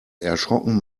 erschrocken